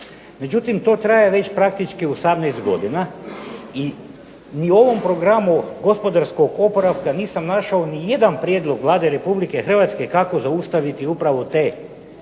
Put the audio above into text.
Međutim, to traje već praktički 18 godina i ni u ovom Programu gospodarskog oporavka nisam našao nijedan prijedlog Vlade Republike Hrvatske kako zaustaviti upravo te, vi